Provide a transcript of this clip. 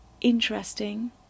interesting